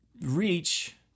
reach